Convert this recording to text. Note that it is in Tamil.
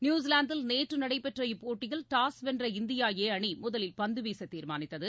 நியுசிலாந்தில் நேற்று நடைபெற்ற இப்போட்டியில் டாஸ் வென்ற இந்தியா ஏ அணி முதவில் பந்து வீச தீர்மானித்தது